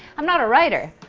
i'm not a writer,